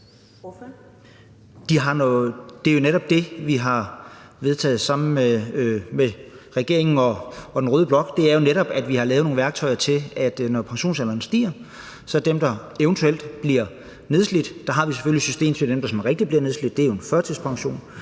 Det er jo netop det, vi har vedtaget sammen med regeringen og den røde blok. Det er jo netop, at vi har lavet nogle værktøjer til, at når pensionsalderen stiger, har vi noget til dem, der eventuelt bliver nedslidt. Vi har selvfølgelig et system til dem, der sådan rigtig bliver nedslidt; det er jo en førtidspension.